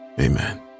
Amen